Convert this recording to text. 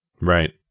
Right